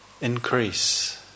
increase